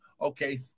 okay